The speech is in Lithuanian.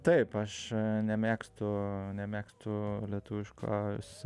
taip aš nemėgstu nemėgstu lietuviškos